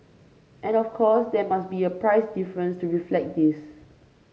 and of course there are must be a price difference to reflect this